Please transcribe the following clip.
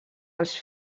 els